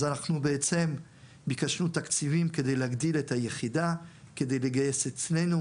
אז אנחנו בעצם ביקשנו תקציבים כדי להגדיל את היחידה כדי לגייס אצלנו